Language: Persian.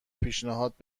پیشنهاد